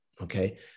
okay